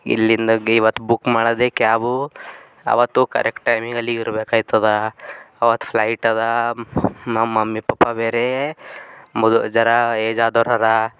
ಇಲ್ಲಿಂದಾಗೆ ಇವತ್ತು ಬುಕ್ ಮಾಡಿದೆ ಕ್ಯಾಬು ಅವತ್ತೂ ಕರೆಕ್ಟ್ ಟೈಮಿಗೆ ಅಲ್ಲಿ ಇರಬೇಕಾಗ್ತದೆ ಅವತ್ತು ಫ್ಲೈಟ್ ಅದಾ ನಮ್ಮ ಮಮ್ಮಿ ಪಪ್ಪಾ ಬೇರೆಯೆ ಮೊ ಜರಾ ಏಜ್ ಆದರರ